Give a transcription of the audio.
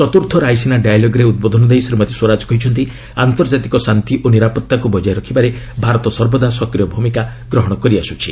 ଚତ୍ର୍ଥ ରାଇସିନା ଡାଏଲଗ୍ରେ ଉଦ୍ବୋଧନ ଦେଇ ଶ୍ରୀମତୀ ସ୍ୱରାଜ କହିଛନ୍ତି ଆନ୍ତର୍ଜାତିକ ଶାନ୍ତି ଓ ନିରାପତ୍ତାକୁ ବଜାୟ ରଖିବାରେ ଭାରତ ସର୍ବଦା ସକ୍ରିୟ ଭୂମିକା ଗ୍ରହଣ କରିଆସୁଛି